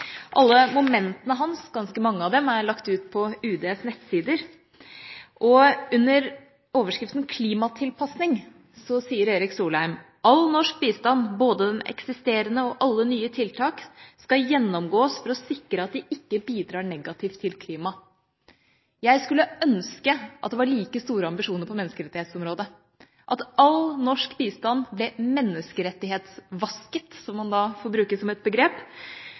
Alle momentene hans – ganske mange av dem – er lagt ut på UDs nettsider, og under overskriften «Klimatilpasning» sier Erik Solheim: «Klimavasking: All norsk bistand, både den eksisterende og alle nye tiltak skal gjennomgås for å sikre at de ikke bidrar negativt til klimaet.» Jeg skulle ønske at det var like store ambisjoner på menneskerettighetsområdet – at all norsk bistand ble «menneskerettighetsvasket», som man da får bruke som et begrep